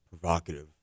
provocative